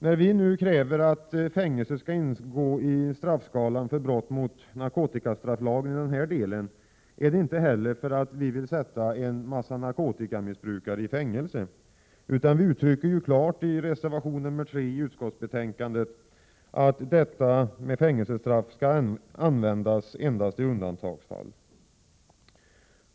När vi nu kräver att fängelse skall ingå i straffskalan för brott mot narkotikastrafflagen i denna del är det inte heller för att vi vill sätta en mängd narkotikamissbrukare i fängelse, utan vi uttrycker ju klart i reservation nr 3 i utskottsbetänkandet att fängelsestraff skall användas endast i undantagsfall.